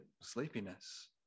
sleepiness